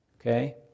Okay